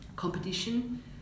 Competition